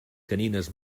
canines